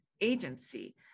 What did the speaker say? agency